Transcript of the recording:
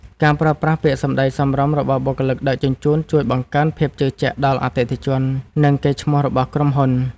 ការប្រើប្រាស់ពាក្យសម្ដីសមរម្យរបស់បុគ្គលិកដឹកជញ្ជូនជួយបង្កើនភាពជឿជាក់ដល់អតិថិជន និងកេរ្តិ៍ឈ្មោះរបស់ក្រុមហ៊ុន។